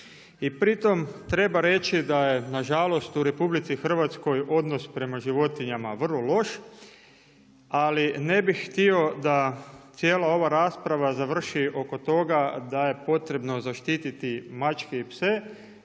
I pritom treba reći da je nažalost, u RH odnos prema životinjama vrlo loš, ali ne bih htio da cijela ova rasprava završi oko toga da je potrebno zaštiti mačke i pse,